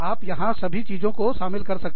आप यहां सभी चीजों को शामिल कर सकते हैं